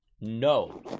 no